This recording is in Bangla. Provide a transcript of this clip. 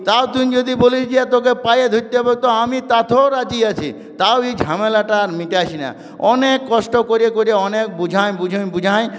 তাও তুই যদি বলিস যে তোকে পায়ে ধরতে হবে তো আমি তাথেও রাজি আছি তাও এই ঝামেলাটা মিটাস না অনেক কষ্ট করে করে অনেক বুঝাইন বুঝাইন বুঝাইন